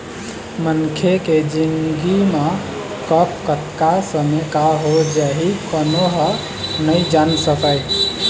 मनखे के जिनगी म कब, कतका समे का हो जाही कोनो ह नइ जान सकय